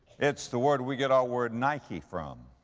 it's the word we get our word nike from.